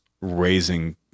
raising